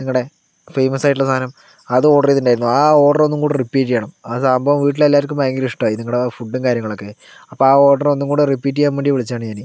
നിങ്ങളുടെ ഫെയ്മസായിട്ടുള്ള സാധനം അത് ഓർഡെറെയ്തിട്ടുണ്ടായിരുന്നു ആ ഓർഡെറൊന്നും കൂടെ റിപ്പീറ്റ് ചെയ്യണം ആ സംഭവം വീട്ടിലെല്ലാവർക്കും ഭയങ്കര ഇഷ്ടായി നിങ്ങടെ ഫുഡും കാര്യങ്ങളൊക്കെ അപ്പം ആ ഓർഡെറൊന്നും കൂടെ റിപ്പീറ്റ് ചെയ്യാൻ വേണ്ടി വിളിച്ചതാണ് ഞാന്